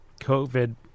COVID